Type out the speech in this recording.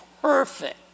perfect